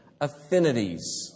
affinities